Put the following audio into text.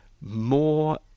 more